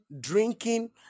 drinking